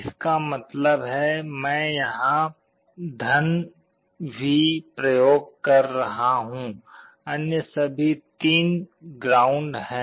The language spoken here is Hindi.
इसका मतलब है मैं यहां V प्रयोग कर रहा हूंअन्य सभी 3 ग्राउंड हैं